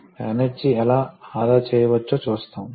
కాబట్టి మనము వీటిని కొంత వివరంగా చూస్తాము